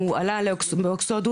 הוא עלה באקסודוס,